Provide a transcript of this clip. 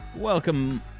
Welcome